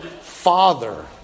Father